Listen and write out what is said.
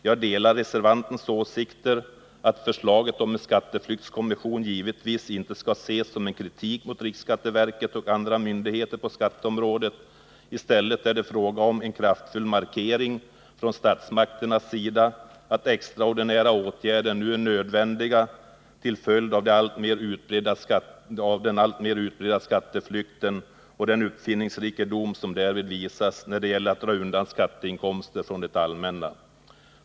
Jag delar reservantens åsikter, att förslaget om en skatteflyktskommission givetvis inte skall ses som en kritik mot riksskatteverket och andra myndigheter på skatteområdet. I stället är det fråga om en kraftfull markering från statsmakternas sida, att extraordinära åtgärder nu är nödvändiga till följd av den alltmer utbredda skatteflykten och den uppfinningsrikedom som därvid visas när det gäller att dra undan skatteinkomster från det allmänna.